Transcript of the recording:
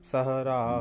Sahara